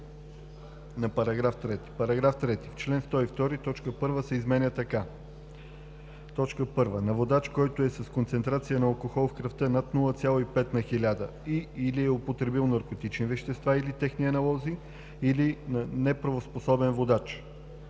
на § 3: „§ 3. В чл. 102 т. 1 се изменя така: „1. на водач, който е с концентрация на алкохол в кръвта над 0,5 на хиляда и/или е употребил наркотични вещества или техни аналози, или на неправоспособен водач;“